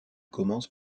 commence